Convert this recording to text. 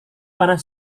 panas